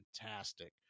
fantastic